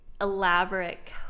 elaborate